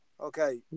Okay